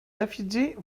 refuge